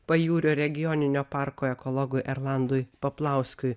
pajūrio regioninio parko ekologui erlandui paplauskiui